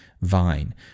vine